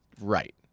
right